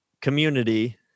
community